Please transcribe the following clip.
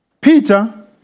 Peter